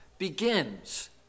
begins